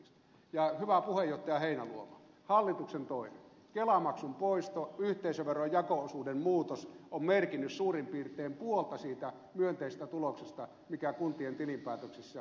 ja hyvä puheenjohtaja heinäluoma hallituksen toimet kelamaksun poisto ja yhteisöveron jako osuuden muutos ovat merkinneet suurin piirtein puolta siitä myönteisestä tuloksesta mikä kuntien tilinpäätöksissä on muodostumassa